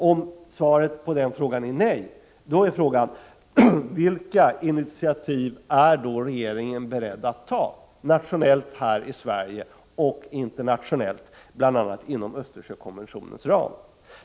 Om svaret är nej, då är frågan: Vilka initiativ är regeringen beredd att ta, nationellt här i Sverige och internationellt, bl.a. inom Östersjökommissionens ram?